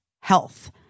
health